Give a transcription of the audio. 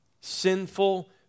Sinful